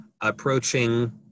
approaching